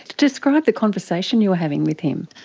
describe the conversation you were having with him.